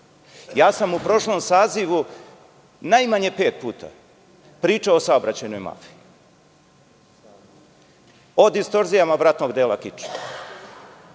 sam u prošlom sazivu najmanje pet puta pričao o saobraćajnoj mafiji, o distorzijama vratnog dela kičme,